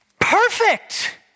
Perfect